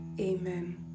amen